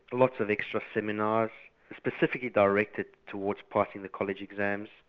lots of extra seminars specifically directed towards passing the college exams,